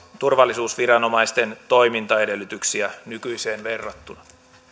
turvallisuusviranomaisten toimintaedellytyksiä nykyiseen verrattuna